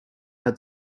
had